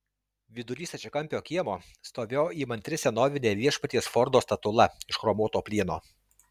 vidury stačiakampio kiemo stovėjo įmantri senovinė viešpaties fordo statula iš chromuoto plieno